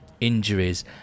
injuries